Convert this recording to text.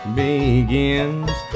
begins